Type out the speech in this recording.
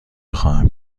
خواهم